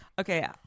okay